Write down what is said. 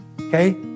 Okay